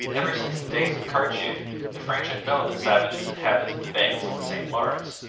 ever since the days of cartier the french had known that savages inhabited the banks of the st lawrence,